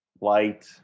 light